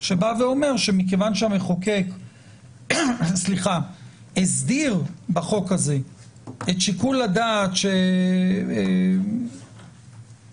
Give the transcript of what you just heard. שאומר שכיוון שהמחוקק הסדיר בחוק הזה את שיקול הדעת של הוצאת